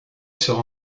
sur